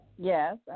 Yes